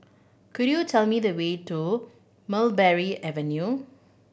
could you tell me the way to Mulberry Avenue